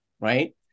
right